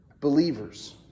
believers